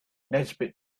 nesbit